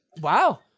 Wow